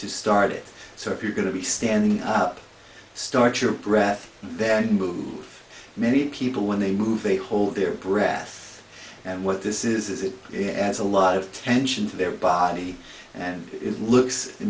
to start it so if you're going to be standing up start your breath that move many people when they move a hold their breath and what this is is it as a lot of attention to their body and it looks i